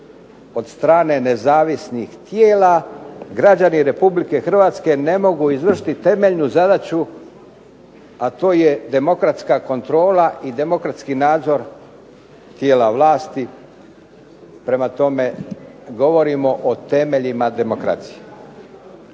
od strane nezavisnih tijela građani RH ne mogu izvršiti temeljnu zadaću, a to je demokratska kontrola i demokratski nadzor tijela vlasti, prema tome govorimo o temeljima demokracije.